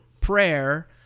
prayer